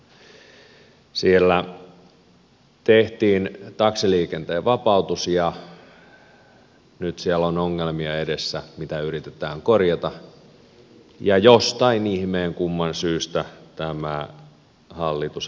siellä tehtiin taksiliikenteen vapautus ja nyt siellä on edessä ongelmia mitä yritetään korjata ja jostain ihmeen kumman syystä tämä hallitus haluaa tämän tänne